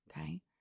okay